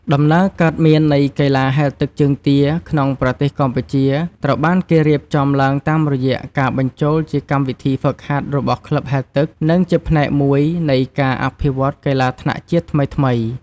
ដំណើរកើតមាននៃកីឡាហែលទឹកជើងទា ក្នុងប្រទេសកម្ពុជាត្រូវបានគេរៀបចំឡើងតាមរយៈការបញ្ចូលជាកម្មវិធីហ្វឹកហាត់របស់ក្លឹបហែលទឹក និងជាផ្នែកមួយនៃការអភិវឌ្ឍកីឡាថ្នាក់ជាតិថ្មីៗ។